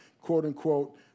quote-unquote